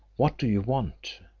what do you want?